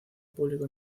público